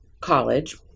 college